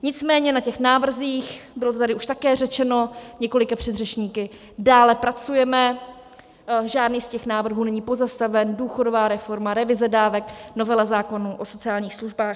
Nicméně na těch návrzích, bylo to tady už také řečeno několika předřečníky, dále pracujeme, žádný z těch návrhů není pozastaven: důchodová reforma, revize dávek, novela zákona o sociálních službách.